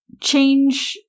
change